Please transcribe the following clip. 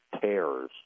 tears